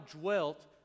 dwelt